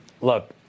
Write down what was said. Look